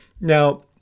Now